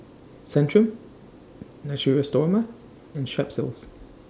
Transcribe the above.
Centrum Natura Stoma and Strepsils